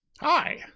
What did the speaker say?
Hi